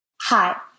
Hi